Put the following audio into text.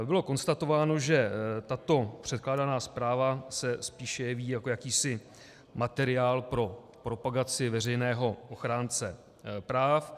Bylo konstatováno, že tato předkládaná zpráva se spíše jeví jako jakýsi materiál pro propagaci veřejného ochránce práv.